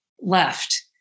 left